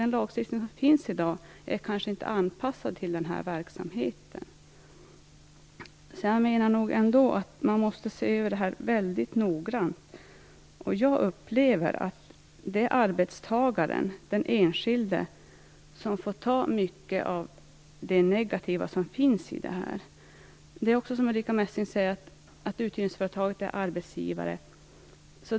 Den lagstiftning som finns i dag är kanske inte anpassad till den här verksamheten. Man måste därför se över denna verksamhet mycket noga. Jag upplever att det är arbetstagaren, den enskilde, som får ta mycket av det negativa som finns i detta. Det är också som Ulrica Messing säger, nämligen att uthyrningsföretagen är arbetsgivare.